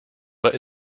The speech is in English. but